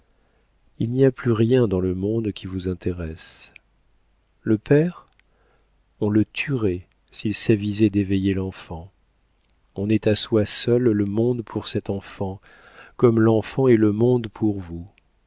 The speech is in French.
il n'y a plus rien dans le monde qui vous intéresse le père on le tuerait s'il s'avisait d'éveiller l'enfant on est à soi seule le monde pour cet enfant comme l'enfant est le monde pour nous